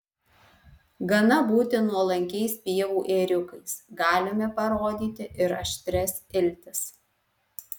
gana būti nuolankiais pievų ėriukais galime parodyti ir aštrias iltis